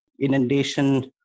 inundation